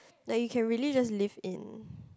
like he can really just live in